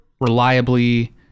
reliably